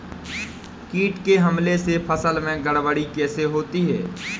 कीट के हमले से फसल में गड़बड़ी कैसे होती है?